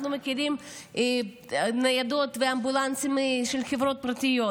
אנחנו מכירים ניידות ואמבולנסים של חברות פרטיות,